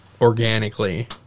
organically